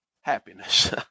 happiness